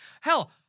Hell